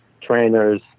trainers